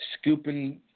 scooping